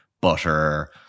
butter